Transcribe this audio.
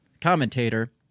commentator